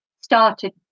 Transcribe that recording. started